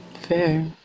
Fair